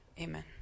Amen